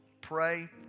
Pray